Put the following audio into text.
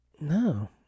No